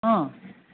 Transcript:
हा